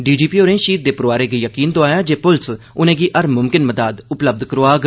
DGP होरें शहीद दे परोआरै गी यकीन दोआया जे पुलस उनें'गी हर मुमकिन मदाद उपलब्ध करोआग